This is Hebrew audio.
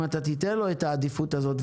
אם אתה תיתן לו את העדיפות הזאת,